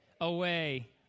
away